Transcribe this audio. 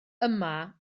yma